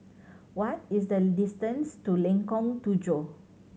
what is the distance to Lengkong Tujuh